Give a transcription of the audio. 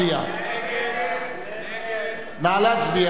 נא להצביע.